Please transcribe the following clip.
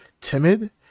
timid